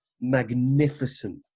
magnificent